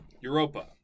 Europa